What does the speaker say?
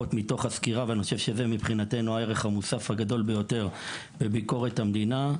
אני חושב שזה מבחינתנו הערך המוסף הגדול ביותר בביקורת המדינה,